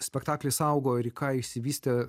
spektaklis augo ir į ką išsivystė